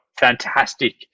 fantastic